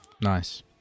nice